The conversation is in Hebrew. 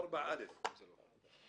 אקבע את הזמנים לרביזיה,